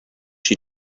she